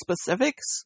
specifics